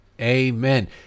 Amen